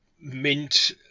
Mint